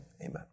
amen